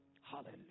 Hallelujah